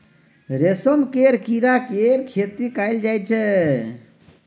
रेशम केर कीड़ा केर खेती कएल जाई छै